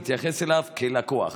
להתייחס אליו כלקוח.